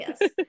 Yes